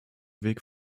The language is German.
weg